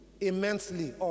immensely